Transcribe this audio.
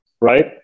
right